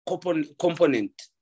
Component